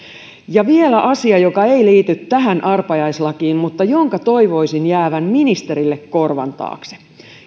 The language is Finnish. ja vielä asia joka ei liity tähän arpajaislakiin mutta jonka toivoisin jäävän ministerille korvan taakse